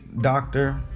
doctor